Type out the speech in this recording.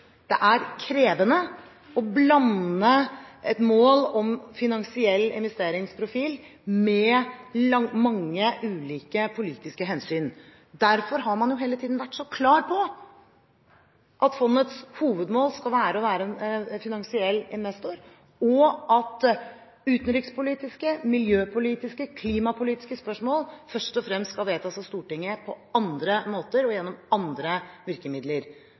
Det er krevende å blande et mål om finansiell investeringsprofil med mange ulike, politiske hensyn. Derfor har man jo hele tiden vært så klar på at fondets hovedmål skal være å være en finansiell investor, og at utenrikspolitiske, miljøpolitiske og klimapolitiske spørsmål først og fremst skal vedtas av Stortinget på andre måter og gjennom å bruke andre virkemidler.